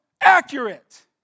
accurate